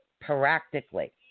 practically